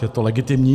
Je to legitimní.